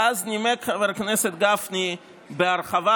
ואז נימק חבר הכנסת גפני בהרחבה,